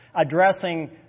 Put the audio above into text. addressing